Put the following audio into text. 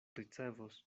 ricevos